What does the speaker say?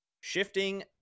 Shifting